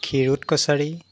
Kshirod Kachari